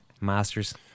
masters